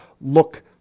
look